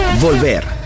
Volver